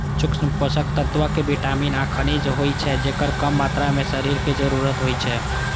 सूक्ष्म पोषक तत्व मे विटामिन आ खनिज होइ छै, जेकर कम मात्रा मे शरीर कें जरूरत होइ छै